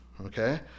Okay